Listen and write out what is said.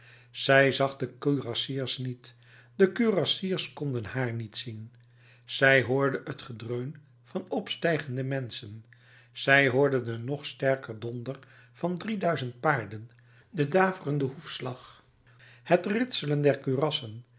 zij zag de kurassiers niet de kurassiers konden haar niet zien zij hoorde t gedreun van opstijgende menschen zij hoorde den nog sterker donder van drie duizend paarden den dravenden hoefslag het ritselen der